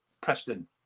Preston